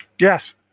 Yes